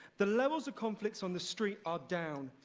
the levels of conflicts on the street are down.